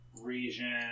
region